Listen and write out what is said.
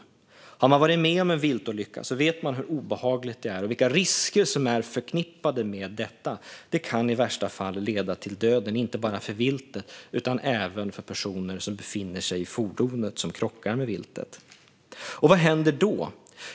Om man har varit med om en viltolycka vet man hur obehagligt det är och vilka risker som är förknippade med detta. Det kan i värsta fall leda till döden, inte bara för viltet utan även för personer som befinner sig i det fordon som krockar med viltet. Och vad händer då?